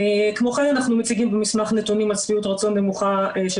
כמו כן אנחנו מציגים במסמך נתונים על שביעות רצון נמוכה של